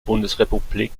bundesrepublik